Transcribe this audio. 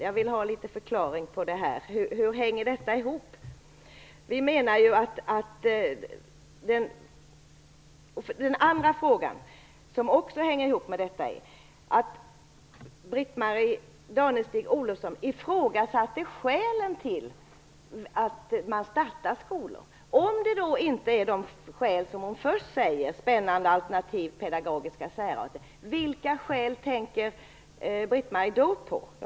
Jag vill ha en liten förklaring på hur detta hänger ihop. Min andra fråga, som också har med detta att göra: Britt-Marie Danestig-Olofsson ifrågasatte skälen till att man startar skolor. Om det inte är de skäl hon först talar om - spännande alternativ, pedagogisk särart osv. - vilka skäl tänker Britt-Marie Danestig-Olofsson då på?